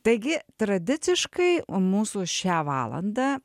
taigi tradiciškai mūsų šią valandą